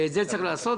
שאת זה צריך לעשות,